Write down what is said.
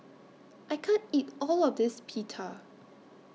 I can't eat All of This Pita